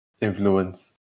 influence